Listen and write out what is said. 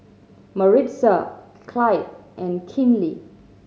Maritza Clyde and Kinley